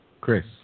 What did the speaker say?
Chris